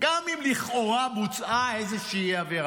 גם אם לכאורה בוצעה איזושהי עבירה,